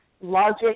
Logic